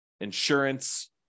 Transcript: insurance